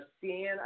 seeing